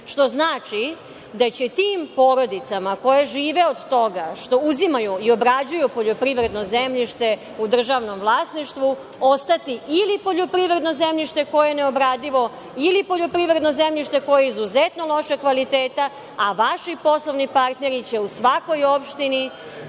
Što znači da će tim porodicama, a koje žive od toga što uzimaju i obrađuju poljoprivredno zemljište u državnom vlasništvu, ostati ili poljoprivredno zemljište koje je neobradivo ili poljoprivredno zemljište koje je izuzetno lošeg kvaliteta, a vaši poslovni partneri će u svakoj opštini